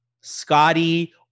Scotty